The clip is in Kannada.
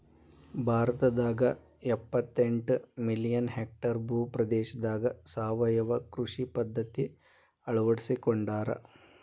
ಭಾರತದಾಗ ಎಪ್ಪತೆಂಟ ಮಿಲಿಯನ್ ಹೆಕ್ಟೇರ್ ಭೂ ಪ್ರದೇಶದಾಗ ಸಾವಯವ ಕೃಷಿ ಪದ್ಧತಿ ಅಳ್ವಡಿಸಿಕೊಂಡಾರ